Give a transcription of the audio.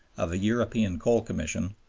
of a european coal commission,